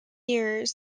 years